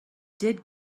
did